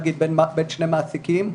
נגיד בין שני מעסיקים,